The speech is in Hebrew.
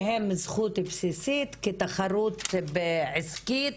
שהם זכות בסיסית כתחרות עסקית,